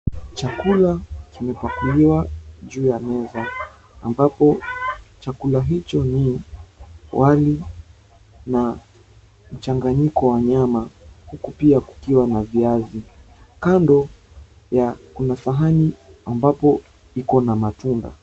Chakula kimepakuliwa juu ya meza ambapo chakula hicho ni wali na mchanganyiko wa nyama huku pia kukiwa na viazi. Kando ya kuna sahani ambapo iko na matunda.